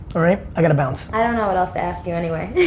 alright, i gotta bounce. i don't know what else to ask you anyway.